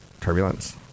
turbulence